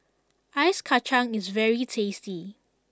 Ice Kachang is very tasty